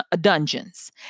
dungeons